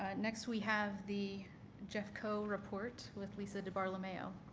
ah next we have the gef co report with lisa dibartolomeo.